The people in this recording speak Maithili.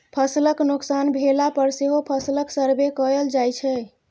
फसलक नोकसान भेला पर सेहो फसलक सर्वे कएल जाइ छै